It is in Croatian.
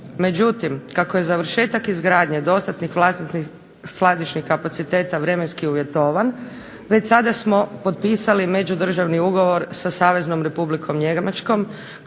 Međutim, kako je završetak izgradnje dostatnih vlastitih skladišnih kapaciteta vremenski uvjetovan već sada smo potpisali međudržavni ugovor sa Saveznom Republikom Njemačkom